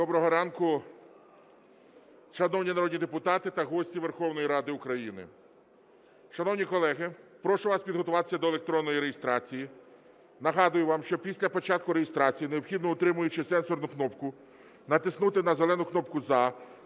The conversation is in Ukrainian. Доброго ранку, шановні народні депутати та гості Верховної Ради України! Шановні колеги, прошу вас підготуватися до електронної реєстрації. Нагадую вам, що після початку реєстрації необхідно, утримуючи сенсорну кнопку, натиснути на зелену кнопку "За"